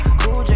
Cool